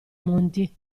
monti